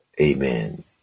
Amen